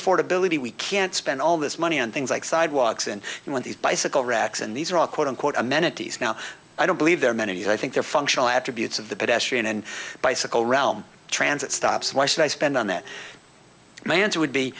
affordability we can't spend all this money on things like sidewalks and when these bicycle racks and these are all quote unquote amenities now i don't believe there are many i think there functional attributes of the pedestrian and bicycle realm transit stops why should i spend on that my answer would be